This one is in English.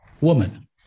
woman